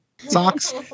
socks